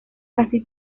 casi